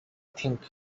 think